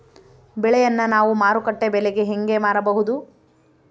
ಬೆಳೆಯನ್ನ ನಾವು ಮಾರುಕಟ್ಟೆ ಬೆಲೆಗೆ ಹೆಂಗೆ ಮಾರಬಹುದು?